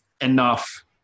enough